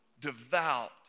devout